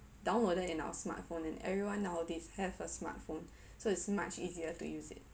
downloaded in our smartphone and everyone nowadays have a smart phone so it's much easier to use it